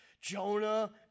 Jonah